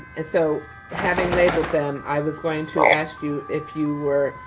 and so having labeled them, i was going to ask you if you were,